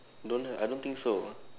don't have I don't think so